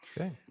Okay